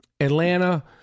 Atlanta